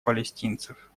палестинцев